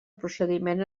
procediment